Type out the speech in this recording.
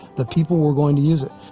the people were going to use it